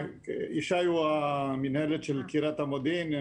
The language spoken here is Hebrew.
ישי הוא ממנהלת קהילת המודיעין.